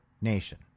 nation